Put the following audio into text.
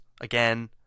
again